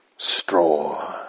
Straw